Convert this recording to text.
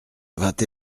vingt